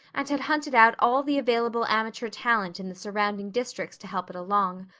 and had hunted out all the available amateur talent in the surrounding districts to help it along.